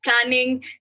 planning